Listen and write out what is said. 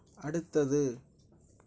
அடுத்தது